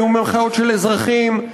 היו מחאות של אזרחים,